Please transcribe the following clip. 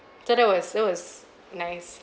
so that was that was nice